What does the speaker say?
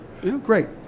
Great